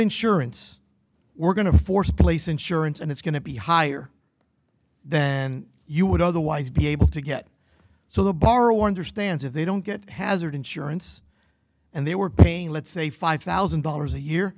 insurance we're going to force place insurance and it's going to be higher than you would otherwise be able to get so the borrower understands if they don't get hazard insurance and they were paying let's say five thousand dollars a year